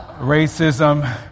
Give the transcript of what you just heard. racism